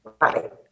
Right